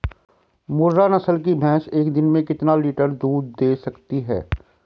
मुर्रा नस्ल की भैंस एक दिन में कितना लीटर दूध दें सकती है?